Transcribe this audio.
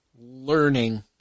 learning